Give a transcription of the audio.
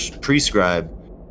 prescribe